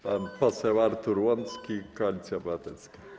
Pan poseł Artur Łącki, Koalicja Obywatelska.